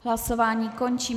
Hlasování končím.